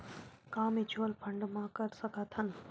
का mutual fund म कर सकत हन?